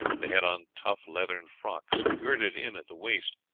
they had on tough leathern frocks, girded in at the waist,